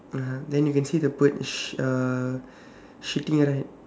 (uh huh) then you can see the bird shi~ uh shitting right